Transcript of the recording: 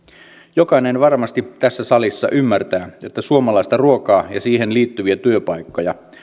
jokainen varmasti tässä salissa ymmärtää että suomalaista ruokaa ja siihen liittyviä työpaikkoja